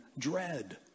dread